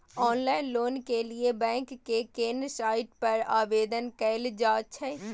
Online loan के लिए bank के केना साइट पर आवेदन कैल जाए छै?